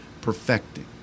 perfecting